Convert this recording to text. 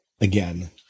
again